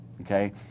okay